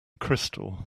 crystal